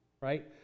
right